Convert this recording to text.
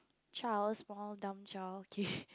child small dumb child okay